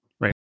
Right